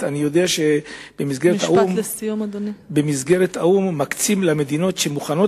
אני יודע שבמסגרת האו"ם מקצים למדינות שמוכנות